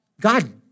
God